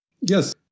Yes